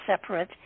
separate